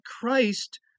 Christ